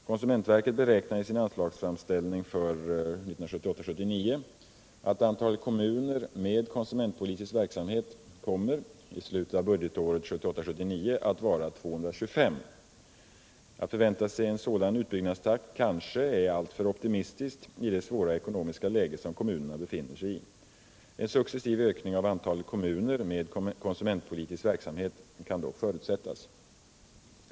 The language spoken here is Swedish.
Konsumentverket beräknar i sin anslagsframställning för 1978 79 kommer att vara 225. Att förvänta sig en sådan utbyggnadstakt kanske är alltför optimistiskt i det svåra ekonomiska läge som kommunerna befinner sig i. En successiv ökning av antalet kommuner med konsumentpolitisk verksamhet kan dock förutsättas.